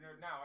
Now